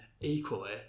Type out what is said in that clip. equally